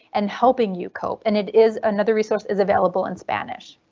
and helping you cope and it is another resources available in spanish.